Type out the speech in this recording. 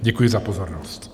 Děkuji za pozornost.